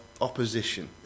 opposition